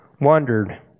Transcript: wondered